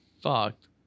fucked